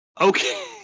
Okay